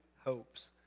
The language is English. hopes